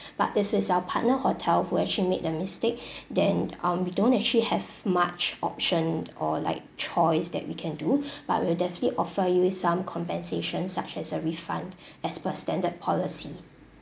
but if it's our partner hotel who actually made the mistake then um we don't actually have much option or like choice that we can do but we'll definitely offer you with some compensation such as a refund as per standard policy